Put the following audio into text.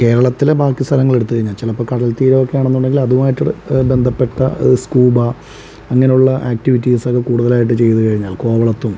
കേരളത്തിലെ ബാക്കി സ്ഥലങ്ങൾ എടുത്തു കഴിഞ്ഞാൽ ചിലപ്പോൾ കടൽത്തീരം ഒക്കെ ആണെന്നുണ്ടെങ്കിൽ അതുമായിട്ട് ബന്ധപ്പെട്ട സ്ക്യൂബാ അങ്ങനെയുള്ള ആക്ടിവിറ്റീസ് ഒക്കെ കൂടുതലായിട്ടു ചെയ്തു കഴിഞ്ഞാൽ കോവളത്തും